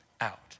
out